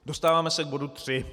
Dostáváme se k bodu 3.